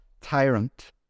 tyrant